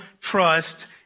trust